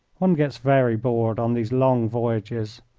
one gets very bored on these long voyages,